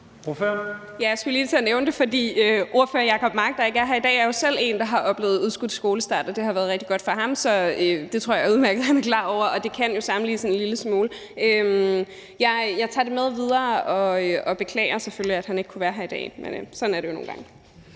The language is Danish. jeg skulle lige til at nævne det, for ordfører Jacob Mark, der ikke er i dag, er jo selv en, der har oplevet udskudt skolestart, og det har været rigtig godt for ham, så det tror jeg udmærket han er klar over, og det kan jo sammenlignes en lille smule. Jeg tager det med videre og beklager selvfølgelig, at han ikke kunne være her i dag, men sådan er det jo nogle gange.